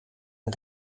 een